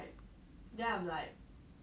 but then she got meet with you all meh